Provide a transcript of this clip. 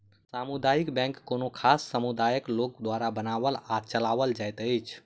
सामुदायिक बैंक कोनो खास समुदायक लोक द्वारा बनाओल आ चलाओल जाइत अछि